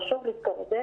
חשוב לזכור את זה